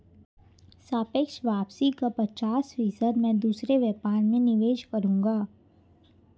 सापेक्ष वापसी का पचास फीसद मैं दूसरे व्यापार में निवेश करूंगा